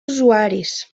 usuaris